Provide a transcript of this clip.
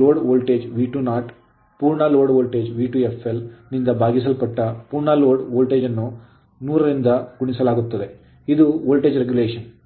load voltage V20 ಪೂರ್ಣ load voltage V2fl ನಿಂದ ಭಾಗಿಸಲ್ಪಟ್ಟ ಪೂರ್ಣ ಲೋಡ್ ವೋಲ್ಟೇಜ್ ಅನ್ನು 100 ರಿಂದ ಗುಣಿಸಲಾಗುತ್ತದೆ ಇದು ವೋಲ್ಟೇಜ್ regulation ನಿಯಂತ್ರಣವಾಗಿದೆ